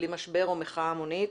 בלי משבר או מחאה המונית,